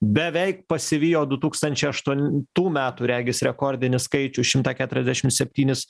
beveik pasivijo du tūkstančiai aštuo tų metų regis rekordinį skaičių šimtą keturiasdešim septynis